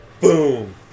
Boom